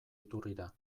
iturrira